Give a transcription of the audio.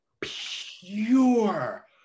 pure